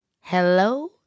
hello